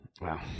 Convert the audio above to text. Wow